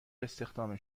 استخدام